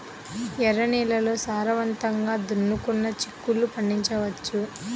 ఎర్ర నేలల్లో సారవంతంగా దున్నుకొని చిక్కుళ్ళు పండించవచ్చు